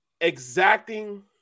exacting